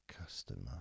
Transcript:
customer